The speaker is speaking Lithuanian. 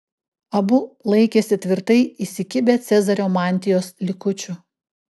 abu laikėsi tvirtai įsikibę cezario mantijos likučių